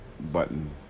button